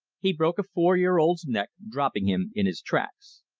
he broke a four-year-old's neck, dropping him in his tracks.